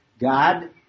God